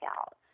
out